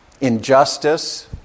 injustice